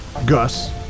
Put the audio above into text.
gus